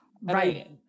Right